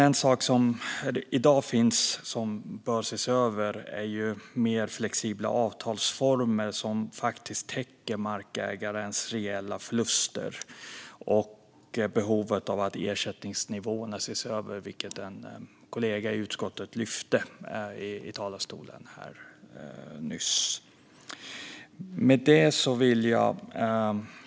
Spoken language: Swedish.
En sak som bör ses över är dagens avtalsformer, som bör bli mer flexibla och täcka markägarens reella förluster. Det finns också ett behov av att se över ersättningsnivåerna, vilket en kollega i utskottet nyss lyfte här i talarstolen.